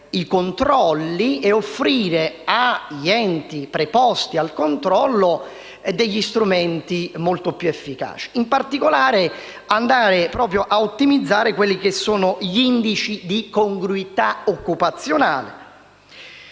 i controlli e offrire agli enti preposti al controllo degli strumenti molto più efficaci, in particolare, andando a ottimizzare gli indici di congruità occupazionale,